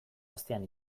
astean